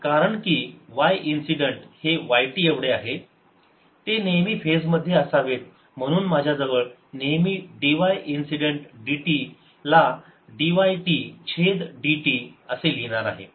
कारण की y incident हे yt एवढे आहे ते नेहमी फेज मध्ये असावेत म्हणून माझ्याजवळ नेहमी dy इन्सिडेंट dt ला dy t छेद dt असे असणार आहे